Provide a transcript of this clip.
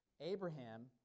Abraham